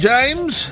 James